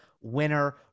winner